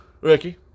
Ricky